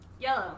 Yellow